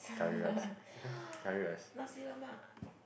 nasi lemak